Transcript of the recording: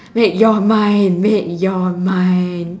make your mind make your mind